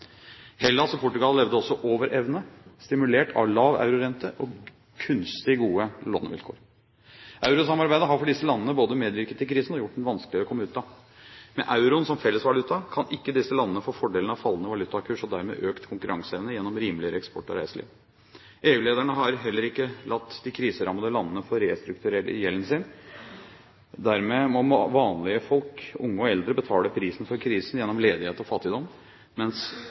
Hellas og Portugal levde også over evne stimulert av lav eurorente og kunstig gode lånevilkår. Eurosamarbeidet har for disse landene både medvirket til krisen og gjort den vanskeligere å komme ut av. Med euroen som felles valuta kan ikke disse landene få fordelen av fallende valutakurs og dermed økt konkurranseevne gjennom rimeligere eksport og reiseliv. EU-lederne har heller ikke latt de kriserammede landene få restrukturere gjelden sin. Dermed må vanlige folk, unge og eldre, betale prisen for krisen gjennom ledighet og fattigdom, mens